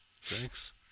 six